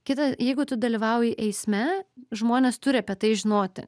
kita jeigu tu dalyvauji eisme žmonės turi apie tai žinoti